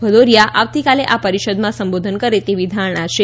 ભદૌરીયા આવતીકાલે આ પરિષદમાં સંબોધન કરે તેવી ધારણા છે